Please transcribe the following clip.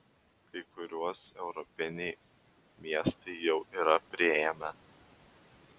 kai kuriuos europiniai miestai jau yra priėmę